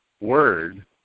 word